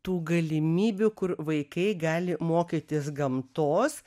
tų galimybių kur vaikai gali mokytis gamtos